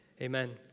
amen